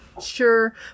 sure